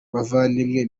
bavandimwe